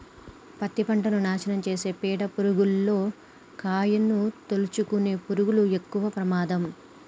పత్తి పంటను నాశనం చేసే పీడ పురుగుల్లో కాయను తోలుసుకునే పురుగులు ఎక్కవ ప్రమాదం